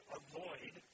avoid